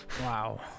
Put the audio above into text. Wow